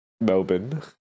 Melbourne